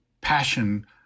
passion